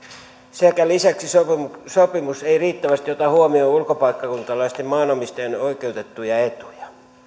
sekä lisäksi sopimus ei riittävästi ota huomioon ulkopaikkakuntalaisten maanomistajien oikeutettuja etuja